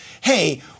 hey